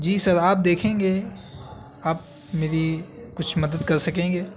جی sir آپ دیکھیں گے آپ میری کچھ مدد کر سکیں گے